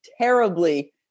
terribly